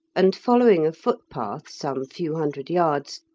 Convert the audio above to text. and following a footpath some few hundred yards,